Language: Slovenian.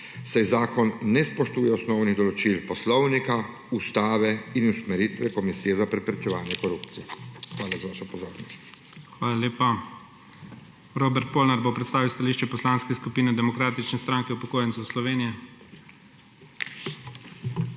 saj zakon ne spoštuje osnovnih določil poslovnika, ustave in usmeritev Komisije za preprečevanje korupcije. Hvala za vašo pozornost. **PREDSEDNIK IGOR ZORČIČ:** Hvala lepa. Robert Polnar bo predstavil stališče Poslanske skupine Demokratične stranke upokojencev Slovenije.